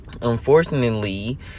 Unfortunately